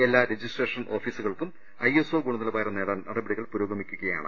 എല്ലാ രജിസ്ട്രേഷൻ ഓഫീ സുകൾക്കും ഐ എസ് ഒ ഗുണനിലവാരം നേടാൻ നടപടികൾ പുരോഗമി ക്കുകയാണ്